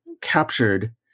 captured